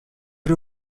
her